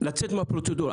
לצאת מהפרוצדורה.